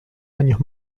años